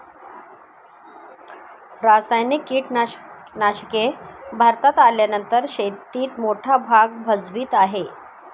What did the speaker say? रासायनिक कीटनाशके भारतात आल्यानंतर शेतीत मोठा भाग भजवीत आहे